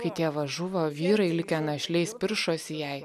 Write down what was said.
kai tėvas žuvo vyrai likę našliais piršosi jai